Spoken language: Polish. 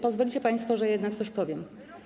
Pozwólcie państwo, że jednak coś powiem.